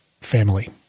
family